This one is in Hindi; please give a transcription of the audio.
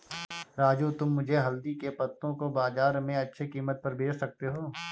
राजू तुम मुझे हल्दी के पत्तों को बाजार में अच्छे कीमत पर बेच सकते हो